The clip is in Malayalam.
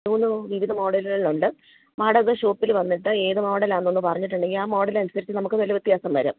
യൂനോ വിവിധ മോഡലുകളിൽ ഉണ്ട് മാഡം ഇപ്പോൾ ഷോപ്പിൽ വന്നിട്ട് ഏതു മോഡലാണെന്ന് ഒന്ന് പറഞ്ഞിട്ടുണ്ടെങ്കിൽ ആ മോഡലനുസരിച്ച് നമുക്ക് വില വ്യത്യാസം വരും